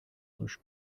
push